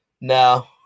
No